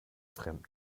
fremden